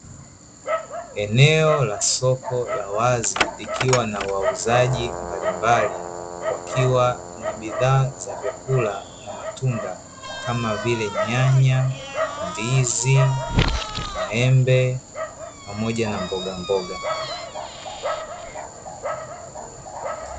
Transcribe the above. Eneo la soko la wazi likiwa na wauzaji mbalimbali wakiwa na bidhaa za vyakula na matunda kama vile; nyanya, ndizi maembe pamoja na mbogamboga.